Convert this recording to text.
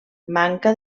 manca